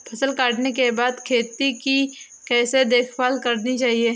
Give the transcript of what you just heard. फसल काटने के बाद खेत की कैसे देखभाल करनी चाहिए?